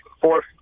fourth